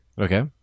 Okay